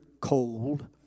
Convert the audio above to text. cold